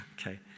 okay